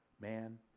Man